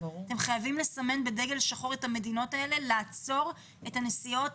אתם חייבים לסמן בדגל שחור את המדינות האלה ולעצור את הנסיעות